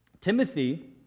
Timothy